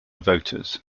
voters